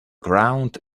ground